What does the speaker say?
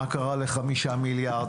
מה קרה ל-5 מיליארד,